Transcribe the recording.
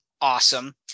awesome